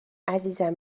عزیزم